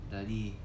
Daddy